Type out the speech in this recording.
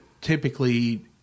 typically